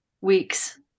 weeks